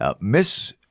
Miss